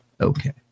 Okay